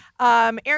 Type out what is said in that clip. Aaron